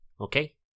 Okay